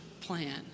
plan